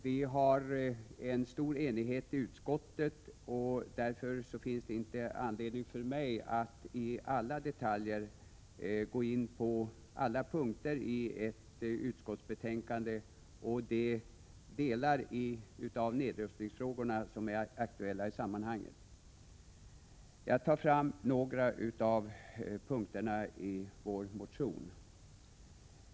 Det råder en stor enighet i utskottet, och därför finns det inte någon anledning för mig att gå in på alla punkter och detaljer i utskottsbetänkandet och de delar av nedrustningsfrågorna som är aktuella i sammanhanget. Jag skall ta upp några punkter i vår motion.